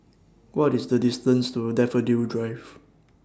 What IS The distance to Daffodil Drive